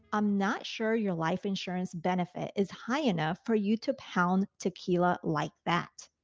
i'm not sure your life insurance benefit is high enough for you to pound tequila like that.